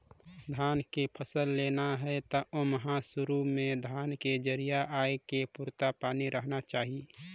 धान के फसल लेना हे त ओमहा सुरू में धान के जरिया आए के पुरता पानी रहना चाही